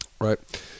Right